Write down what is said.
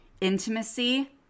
intimacy